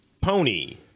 pony